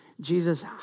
Jesus